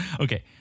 okay